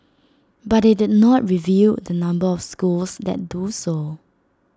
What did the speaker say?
but IT did not reveal the number of schools that do so